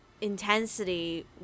intensity